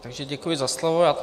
Takže děkuji za slovo.